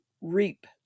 reap